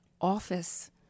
office